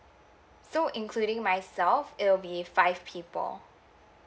so including myself it will be five people